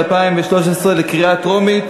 בקריאה טרומית.